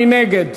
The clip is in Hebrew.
מי נגד?